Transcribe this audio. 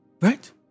Right